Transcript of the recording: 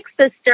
Sister